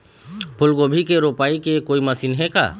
फूलगोभी के रोपाई के कोई मशीन हे का?